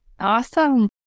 Awesome